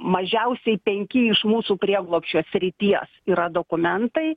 mažiausiai penki iš mūsų prieglobsčio srities yra dokumentai